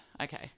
Okay